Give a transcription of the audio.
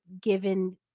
given